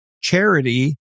charity